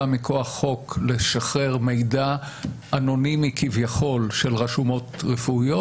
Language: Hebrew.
מכוח חוק לשחרר מידע אנונימי כביכול של רשומות רפואיות,